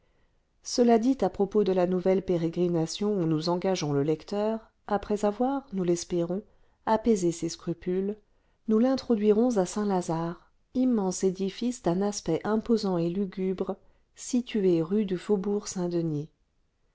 cela dit à propos de la nouvelle pérégrination où nous engageons le lecteur après avoir nous l'espérons apaisé ses scrupules nous l'introduirons à saint-lazare immense édifice d'un aspect imposant et lugubre situé rue du